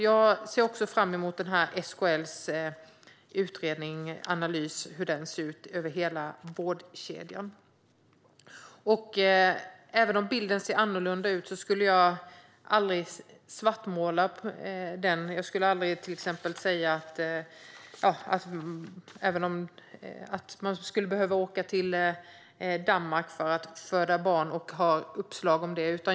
Jag ser också fram emot SKL:s utredning och analys av hur det ser ut i hela vårdkedjan. Även om bilden ser annorlunda ut skulle jag aldrig svartmåla och slå upp detta och till exempel säga att man skulle behöva åka till Danmark för att föda barn.